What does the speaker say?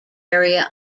area